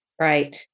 Right